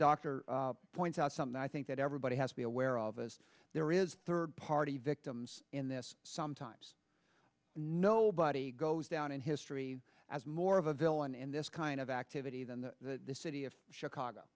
doctor points out something i think that everybody has to be aware of as there is a third party victims in this sometimes nobody goes down in history as more of a villain in this kind of activity than the city of chicago